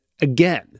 again